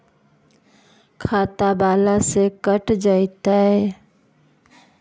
खाता बाला से कट जयतैय?